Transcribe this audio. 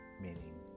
meaning